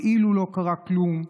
כאילו לא קרה כלום,